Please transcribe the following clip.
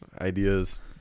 ideas